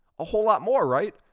a whole lot more, right.